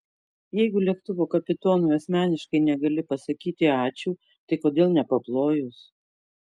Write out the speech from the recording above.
jeigu lėktuvo kapitonui asmeniškai negali pasakyti ačiū tai kodėl nepaplojus